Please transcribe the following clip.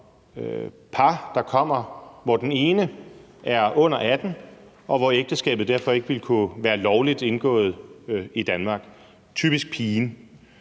par, der kommer, hvor den ene er under 18 år – typisk pigen – hvorfor ægteskabet derfor ikke ville kunne være lovligt indgået i Danmark. Så hvis man